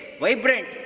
vibrant